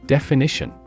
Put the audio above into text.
Definition